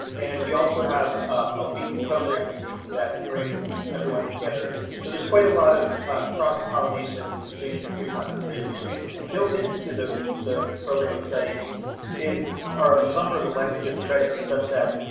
and we also have a weekly program meeting that brings everyone together, so there's quite a lot of cross-pollination between the three concentrations. and built into the the program of study are a number of elective credits such that,